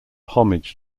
homage